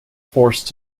forced